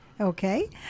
Okay